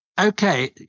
okay